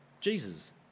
Jesus